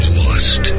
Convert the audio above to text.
lost